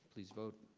please vote.